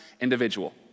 individual